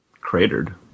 cratered